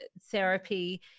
therapy